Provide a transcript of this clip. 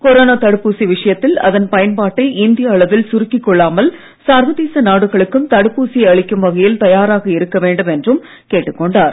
corona தடுப்பூசி விஷயத்தில் அதன் பயன்பாட்டை இந்திய அளவில் சுருக்கிக் கொள்ளாமல் சர்வதேச நாடுகளுக்கும் தடுப்பூசியை அளிக்கும் வகையில் தயாராக இருக்க வேண்டும் என்றும் கேட்டுக் கொண்டார்